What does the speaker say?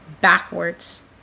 backwards